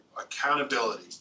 accountability